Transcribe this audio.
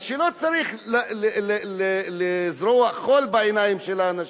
אז לא צריך לזרות חול בעיני האנשים,